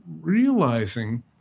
realizing